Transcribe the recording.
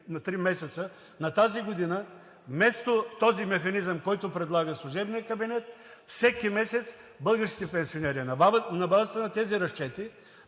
три месеца на тази година, вместо този механизъм, който предлага служебният кабинет, всеки месец българските пенсионери, на базата на тези разчети